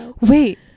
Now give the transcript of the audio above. wait